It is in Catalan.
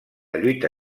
lluita